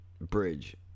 bridge